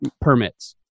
permits